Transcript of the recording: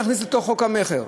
נכניס לתוך חוק המכר.